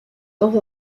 dans